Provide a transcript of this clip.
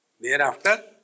Thereafter